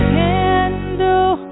candle